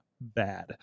bad